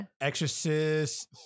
Exorcist